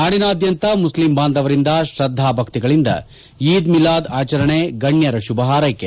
ನಾಡಿನಾದ್ಯಂತ ಮುಖ್ಲಿಂ ಬಾಂಧವರಿಂದ ಶ್ರದ್ನಾ ಭಕ್ತಿಗಳಿಂದ ಈದ್ ಮಿಲಾದ್ ಆಚರಣೆ ಗಣ್ಯರ ಶುಭ ಹಾರ್ೈಕೆ